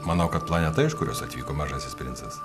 manau kad planeta iš kurios atvyko mažasis princas